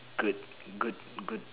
good good good